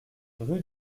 rue